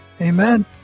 Amen